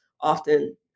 often